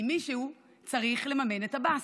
כי מישהו צריך לממן את עבאס,